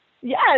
Yes